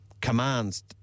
commands